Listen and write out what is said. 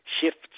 shifts